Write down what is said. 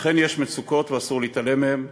אכן, יש מצוקות ואסור להתעלם מהן,